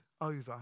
over